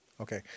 Okay